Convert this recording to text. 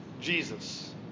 Jesus